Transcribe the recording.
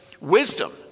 wisdom